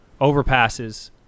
overpasses